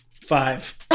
Five